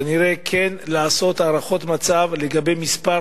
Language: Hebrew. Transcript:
כנראה, כן לעשות הערכות מצב לגבי מספר